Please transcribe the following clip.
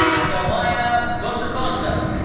soumaya gosukonda.